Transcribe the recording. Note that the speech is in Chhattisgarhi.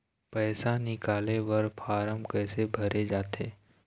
पैसा निकाले बर फार्म कैसे भरे जाथे?